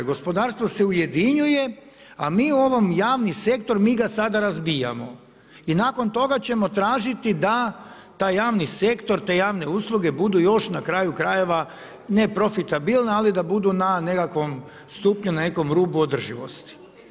Gospodarstvo se ujedinjuje, a mi u ovaj javni sektor, mi ga sad razbijamo i nakon toga ćemo tražiti da taj javni sektor, te javne usluge budu još, na kraju krajeva neprofitabilne, ali da budu na nekakvom stupnju, na nekom rubu održivosti.